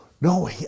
No